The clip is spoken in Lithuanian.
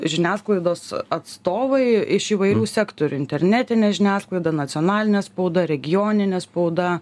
žiniasklaidos atstovai iš įvairių sektorių internetinė žiniasklaida nacionalinė spauda regioninė spauda